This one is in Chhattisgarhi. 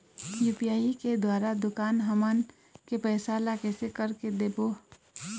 यू.पी.आई के द्वारा दुकान हमन के पैसा ला कैसे कर के देबो?